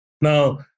Now